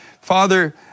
Father